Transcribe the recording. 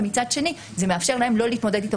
ומצד שני זה מאפשר להם לא להתמודד איתו